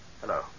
Hello